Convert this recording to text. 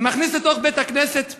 ומכניס לתוך בית-הכנסת